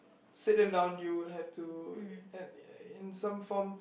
sit them down you would have to and in some form